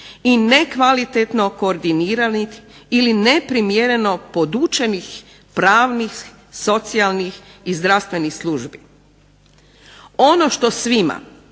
i nekvalitetno koordiniranih ili neprimjereno podučenih pravnih, socijalnih ili zdravstvenih službi. Ono što svima